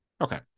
Okay